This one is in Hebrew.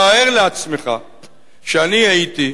תאר לעצמך שאני הייתי,